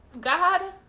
God